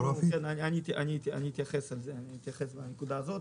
אני אתייחס לנקודה הזאת.